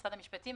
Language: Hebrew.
משרד המשפטים,